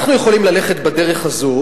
אנחנו יכולים ללכת בדרך הזו